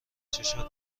چشاش